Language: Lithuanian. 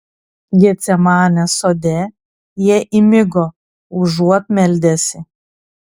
getsemanės sode jie įmigo užuot meldęsi